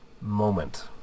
moment